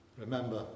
Remember